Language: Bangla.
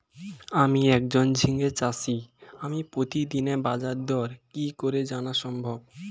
আমি একজন ঝিঙে চাষী আমি প্রতিদিনের বাজারদর কি করে জানা সম্ভব?